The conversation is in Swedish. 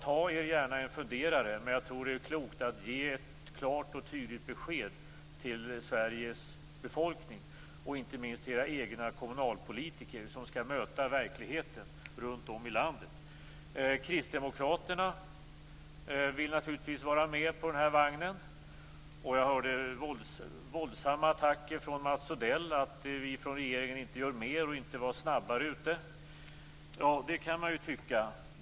Ta er gärna en funderare, men jag tror att det är klokt att ge ett klart och tydligt besked till Sveriges befolkning och inte minst till era egna kommunalpolitiker, som skall möta verkligheten runt om i landet. Kristdemokraterna vill naturligtvis vara med på vagnen. Jag hörde våldsamma attacker från Mats Odell om att vi från regeringen inte gör mer och inte är snabbare. Det kan man ju tycka.